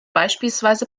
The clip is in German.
beispielsweise